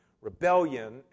rebellion